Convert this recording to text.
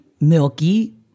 milky